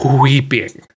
weeping